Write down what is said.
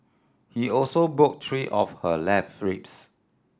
he also broke three of her left ribs